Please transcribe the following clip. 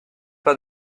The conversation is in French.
pas